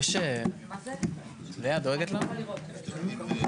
(הישיבה נפסקה בשעה 21:23 ונתחדשה בשעה 22:00.)